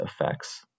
effects